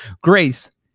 Grace